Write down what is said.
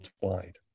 worldwide